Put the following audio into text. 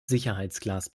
sicherheitsglas